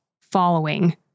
following